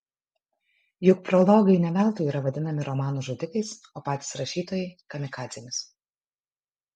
juk prologai ne veltui yra vadinami romanų žudikais o patys rašytojai kamikadzėmis